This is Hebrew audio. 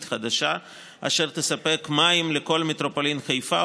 חדשה אשר תספק מים לכל מטרופולין חיפה,